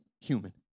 human